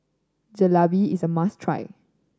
jalebi is a must try